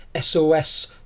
SOS